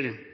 i